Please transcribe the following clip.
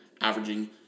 averaging